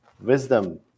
wisdom